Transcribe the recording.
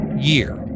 year